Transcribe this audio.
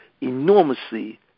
enormously